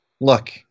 Look